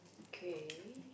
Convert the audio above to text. okay